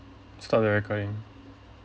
stop the recording